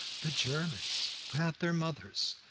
the germans without their mothers.